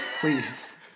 Please